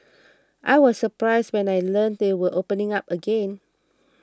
I was surprised when I learnt they were opening up again